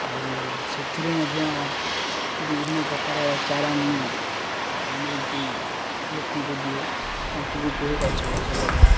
ଆଉ ସେଥିରୁ ମଧ୍ୟ ବିଭିନ୍ନ ପ୍ରକାର ଚାରା ମୁଁ ନେଇକି ଲୋକଙ୍କୁ ଦିଏ ତାଙ୍କୁ ବି କୁହେ ଗଛ ଫଛ ଲଗାଅ